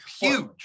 huge